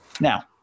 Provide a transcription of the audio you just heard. Now